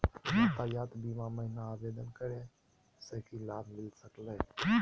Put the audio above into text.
यातायात बीमा महिना आवेदन करै स की लाभ मिलता सकली हे?